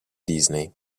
disney